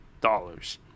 dollars